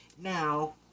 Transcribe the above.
Now